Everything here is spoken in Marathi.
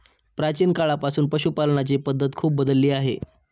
प्राचीन काळापासून पशुपालनाची पद्धत खूप बदलली आहे